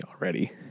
already